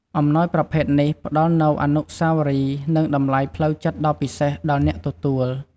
អំណោយប្រភេទនេះ ផ្ដល់នូវអនុស្សាវរីយ៍ និងតម្លៃផ្លូវចិត្តដ៏ពិសេសដល់អ្នកទទួល។